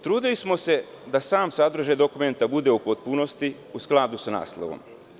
Trudili smo se da sam sadržaj dokumenta bude u potpunosti u skladu sa naslovom.